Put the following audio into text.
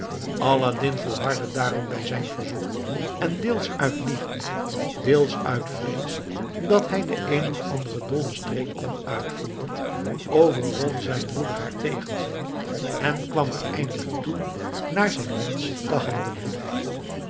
aladdin volhardde daarom bij zijn verzoek en deels uit liefde deels uit vrees dat hij den een of anderen dollen streek kon uitvoeren overwon zijn moeder haar tegenzin en kwam er eindelijk toe naar zijn wensch te handelen